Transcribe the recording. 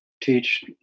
teach